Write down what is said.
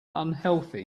unhealthy